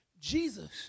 Jesus